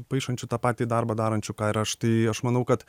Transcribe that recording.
paišančių tą patį darbą darančių ką ir aš tai aš manau kad